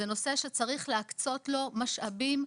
זה נושא שצריך להקצות לו משאבים.